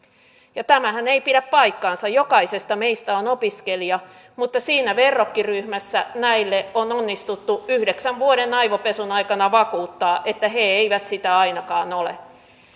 ja tämähän ei pidä paikkaansa jokaisesta meistä on opiskelijaksi mutta siinä verrokkiryhmässä näille on onnistuttu yhdeksän vuoden aivopesun aikana vakuuttamaan että he eivät sitä ainakaan ole